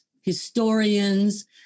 historians